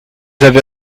avez